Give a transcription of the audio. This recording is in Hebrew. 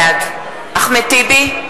בעד אחמד טיבי,